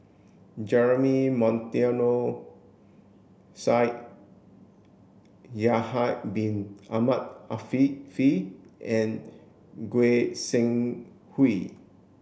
Jeremy Monteiro Yahya Bin Ahmed Afifi and Goi Seng Hui